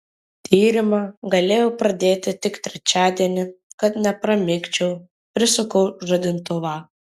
tyrimą galėjau pradėti tik trečiadienį kad nepramigčiau prisukau žadintuvą